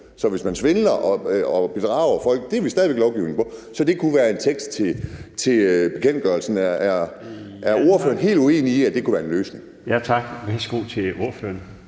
Så hvis man svindler og bedrager folk, så har vi stadig lovgivning om det. Så der kunne være tale om en tekst til bekendtgørelsen. Er ordføreren helt uenig i, at det kunne være en løsning? Kl. 17:01 Den fg.